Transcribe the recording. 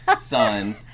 son